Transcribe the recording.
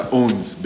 owns